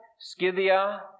Scythia